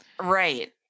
Right